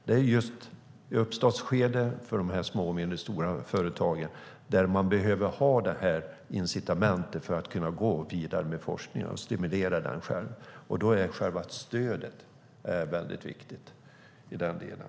Det är just i uppstartsskedet för de små och mindre stora företagen man behöver ha incitamentet för att gå vidare med forskning och själv stimulera detta. Då är själva stödet väldigt viktigt i den delen.